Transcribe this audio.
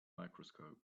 microscope